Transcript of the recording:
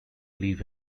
live